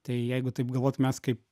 tai jeigu taip galvot mes kaip